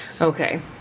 Okay